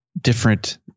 different